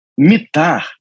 MITAR